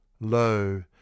Lo